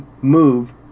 move